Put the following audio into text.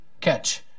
catch